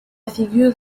figure